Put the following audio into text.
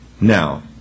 Now